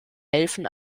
helfen